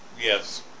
Yes